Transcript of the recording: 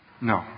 No